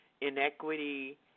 inequity